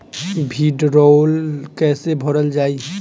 भीडरौल कैसे भरल जाइ?